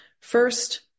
First